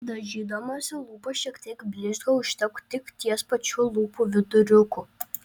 dažydamasi lūpas šiek tiek blizgio užtepk tik ties pačiu lūpų viduriuku